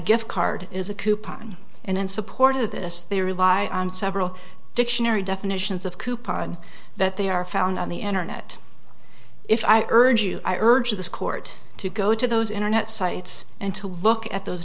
gift card is a coupon and in support of this they rely on several dictionary definitions of coupon that they are found on the internet if i urge you i urge the court to go to those internet sites and to look at those